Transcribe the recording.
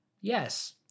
Yes